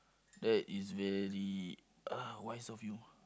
that is very uh wise of you